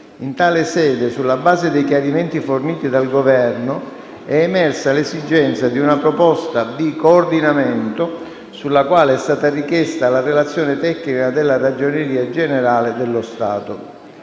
In tale sede, sulla base dei chiarimenti forniti dal Governo, è emersa l'esigenza di una proposta di coordinamento sulla quale è stata richiesta la relazione tecnica della Ragioneria generale dello Stato.